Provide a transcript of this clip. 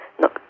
no